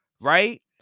right